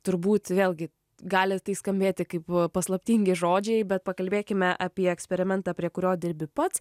turbūt vėlgi gali tai skambėti kaip paslaptingi žodžiai bet pakalbėkime apie eksperimentą prie kurio dirbi pats